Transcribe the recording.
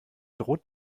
droht